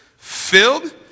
Filled